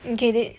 okay de~